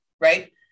Right